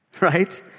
Right